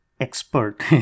expert